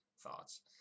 Thoughts